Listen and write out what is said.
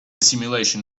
simulation